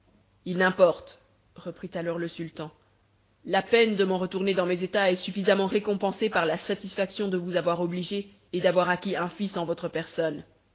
il n'importe reprit alors le sultan la peine de m'en retourner dans mes états est suffisamment récompensée par la satisfaction de vous avoir obligé et d'avoir acquis un fils en votre personne